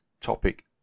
topic